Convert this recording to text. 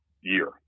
year